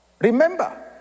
remember